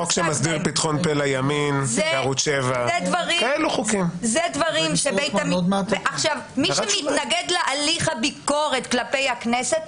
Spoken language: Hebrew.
חוק שמסדיר פתחון פה לימין בערוץ 7. מי שמתנגד להליך הביקורת כלפי הכנסת,